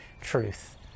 truth